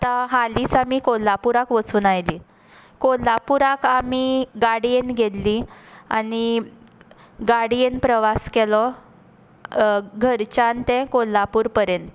आतां हालींच आमी कोल्हापूराक वचून आयलीं कोल्हापूराक आमी गाडयेन गेल्लीं आनी गाडयेन प्रवास केलो घरच्यान तें कोल्हापूर पर्यंत